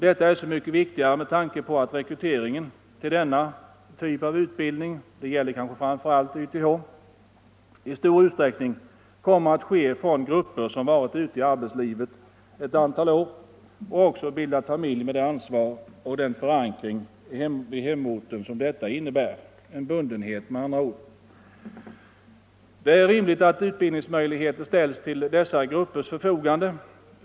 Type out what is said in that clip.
Detta är så mycket viktigare med tanke på att rekryteringen till denna typ av utbildning, kanske framför allt till YTH, i stor utsträckning kommer att ske från grupper som varit ute i arbetslivet ett antal år och också bildat familj med det ansvar och den förankring i hemorten som detta innebär — en bundenhet, med andra ord. Det är rimligt att utbildningsmöjligheter ställs till dessa gruppers förfogande.